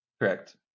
Correct